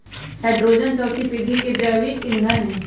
hydrogen चउथी पीढ़ी के जैविक ईंधन हई